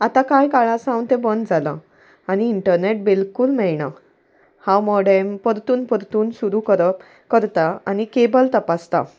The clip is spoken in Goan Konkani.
आतां कांय काळा सावन तें बंद जालां आनी इंटरनेट बिलकूल मेळना हांव मोडेम परतून परतून सुरू करप करता आनी केबल तपासता